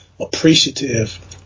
appreciative